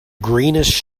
greenish